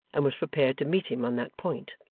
and was prepared to meet him on that point.